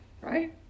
right